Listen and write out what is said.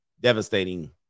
devastating